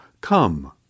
come